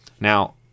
Now